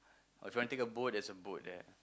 or if you wanna take a boat there's a boat there